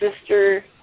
sister